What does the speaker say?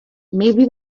maybe